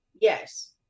Yes